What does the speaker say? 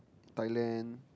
Thailand